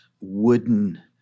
wooden